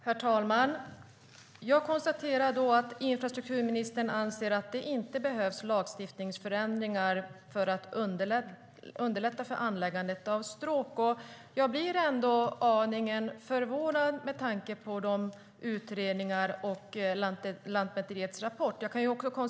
Herr talman! Jag konstaterar då att infrastrukturministern anser att det inte behövs lagstiftningsförändringar för att underlätta anläggandet av stråk. Jag blir aningen förvånad med tanke på utredningarna och Lantmäteriets rapport.